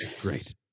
Great